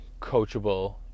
coachable